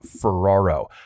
Ferraro